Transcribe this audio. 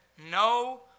no